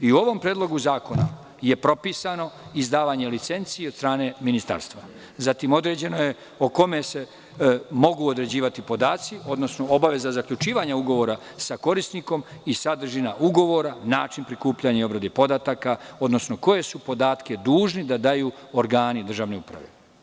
I u ovom predlogu zakona je propisano izdavanje licenci od strane ministarstva, zatim, određeno je o kome se mogu određivati podaci, odnosno obaveza zaključivanja ugovora sa korisnikom i sadržina ugovora, način prikupljanja i obrade podataka, odnosno koje su podatke dužni da daju organu državne uprave.